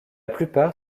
plupart